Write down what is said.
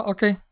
Okay